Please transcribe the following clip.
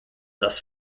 thus